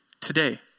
Today